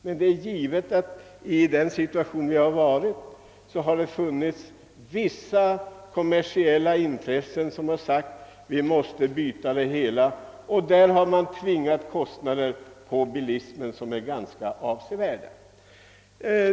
Men det är givet att i den situation vi befinner oss i, har det funnits vissa kommersiella intressen som har ansett att man måste byta ut hela lyktanordningen. Därigenom har kostnader tvingats på bilismen som är ganska avsevärda.